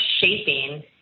shaping